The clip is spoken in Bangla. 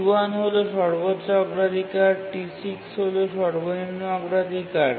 T1 হল সর্বোচ্চ অগ্রাধিকার এবং T6 হল সর্বনিম্ন অগ্রাধিকার